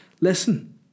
Listen